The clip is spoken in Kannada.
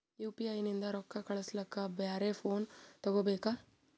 ಯು.ಪಿ.ಐ ನಿಂದ ರೊಕ್ಕ ಕಳಸ್ಲಕ ಬ್ಯಾರೆ ಫೋನ ತೋಗೊಬೇಕ?